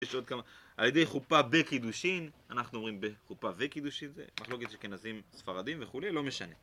יש עוד כמה, על ידי חופה וקידושין, אנחנו אומרים בחופה וקידושין זה, מחלוקת אשכנזים ספרדים וכולי, לא משנה.